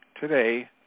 today